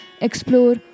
explore